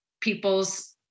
people's